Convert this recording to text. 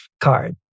card